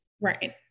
Right